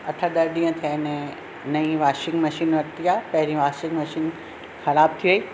अठ ॾह ॾींहं थिया आहिनि नईं वाशिंग मशीन वरिती आहे पहिरीं वाशिंग मशीन ख़राबु थी वई